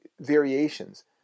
variations